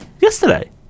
yesterday